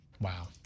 wow